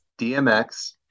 DMX